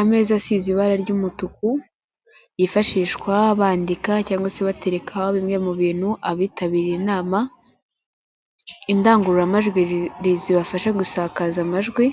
ameza asize ibara ry'umutuku yifashishwa bandika cyangwa se baterekaho bimwe mu bintu abitabiriye inama, indangururamajwi zibafasha gusakaza amajwi.